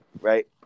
right